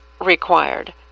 required